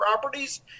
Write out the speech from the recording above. properties